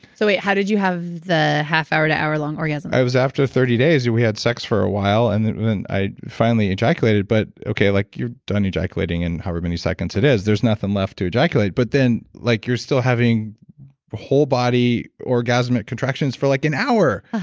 so wait, how did you have the half hour to hour long orgasm? it was after thirty days. we had sex for a while and then i finally ejaculated but, okay, like you're done ejaculating in however many seconds it is. there's nothing left to ejaculate but then like you're still having whole body orgasmic contractions for like an hour.